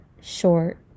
short